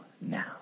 now